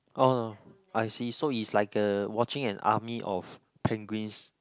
oh I see so it's like a watching an army of penguins